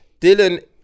Dylan